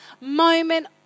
moment